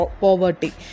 poverty